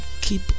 keep